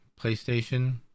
PlayStation